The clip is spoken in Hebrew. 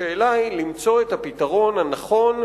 השאלה היא למצוא את הפתרון הנכון,